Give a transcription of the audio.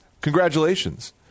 Congratulations